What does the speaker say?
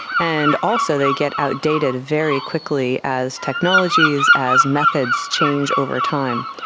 and also they get outdated very quickly as technologies, as methods change over time.